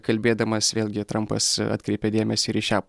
kalbėdamas vėlgi trampas atkreipė dėmesį ir į šią